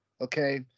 okay